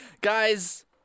Guys